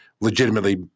legitimately